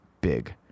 big